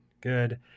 good